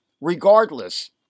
regardless